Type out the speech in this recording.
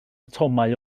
atomau